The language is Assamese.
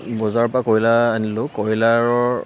বজাৰৰ পৰা কয়লাৰ আনিলোঁ কয়লাৰ